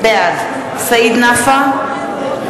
בעד סעיד נפאע,